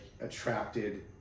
attracted